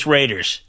Raiders